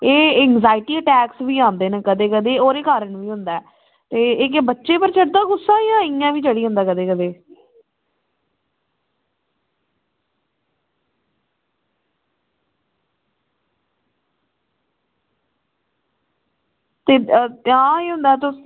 एह् anxiety attacks बी आदे न कदें कदें ओह्दे कारण बी होंदा ऐ एह् केह् बच्चें पर चढ़दा गुस्सा जां इयां बी चढ़ी जंदा कदें कदें ते तां गै होंदा तुस